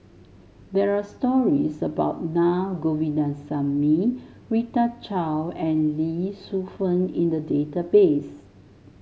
there are stories about Na Govindasamy Rita Chao and Lee Shu Fen in the database